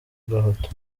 gahato